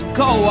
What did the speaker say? go